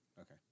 Okay